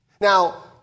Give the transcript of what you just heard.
Now